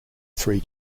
three